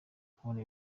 kubona